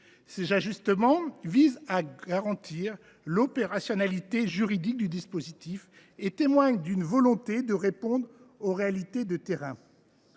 Ces ajustements visent à garantir l’opérationnalité juridique du dispositif et témoignent d’une volonté de répondre aux réalités du terrain.